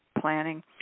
planning